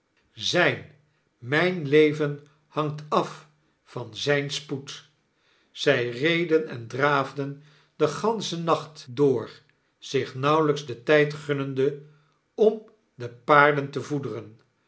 zyn myn leven hangt af van zyn spoed zj reden en draafden den ganschen nacht door zich nauwelijks den tijd gunnende om de paarden te voederen